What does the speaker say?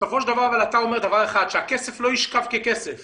אבל אתה אומר דבר אחד, שהכסף לא ישכב ככסף